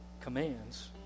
commands